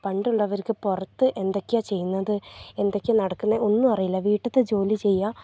പണ്ടുള്ളവർക്ക് പുറത്ത് എന്തൊക്കെയാ ചെയ്യുന്നത് എന്തൊക്കെയാ നടക്കുന്നത് ഒന്നും അറിയില്ല വീട്ടിൽത്തെ ജോലി ചെയ്യുക